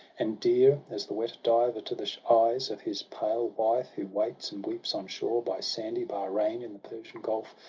and dear as the wet diver to the eyes of his pale wife who waits and weeps on shore, by sandy bahrein, in the persian gulf,